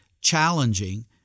challenging